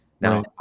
Now